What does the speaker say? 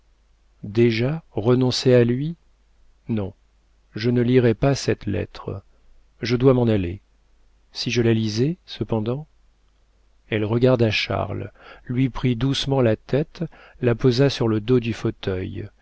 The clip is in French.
déjà renoncer à lui non je ne lirai pas cette lettre je dois m'en aller si je la lisais cependant elle regarda charles lui prit doucement la tête la posa sur le dos du fauteuil